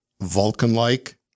Vulcan-like